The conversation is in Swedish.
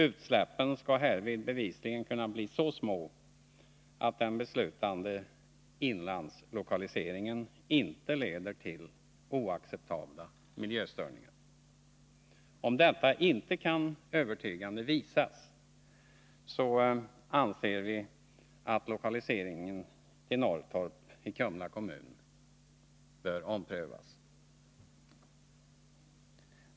Utsläppen skall härvid bevisligen kunna bli så små att den beslutade inlandslokaliseringen inte leder till oacceptabla miljöstörningar. Om detta inte kan övertygande bevisas anser vi att lokaliseringen till Norrtorp i Kumla kommun bör omprövas.